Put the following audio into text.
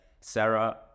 Sarah